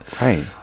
Right